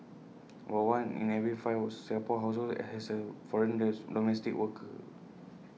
about one in every five or Singapore households has A foreign domestic worker